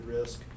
risk